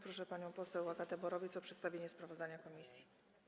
Proszę panią poseł Agatę Borowiec o przedstawienie sprawozdania komisji.